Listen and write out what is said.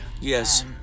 Yes